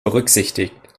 berücksichtigt